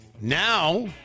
Now